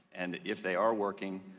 and if they are working,